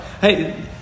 Hey